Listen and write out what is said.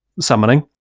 summoning